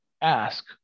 ask